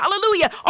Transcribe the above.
hallelujah